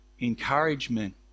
encouragement